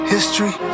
History